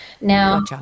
Now